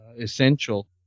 essential